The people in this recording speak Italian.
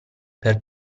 per